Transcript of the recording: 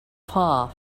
far